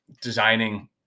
designing